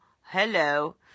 Hello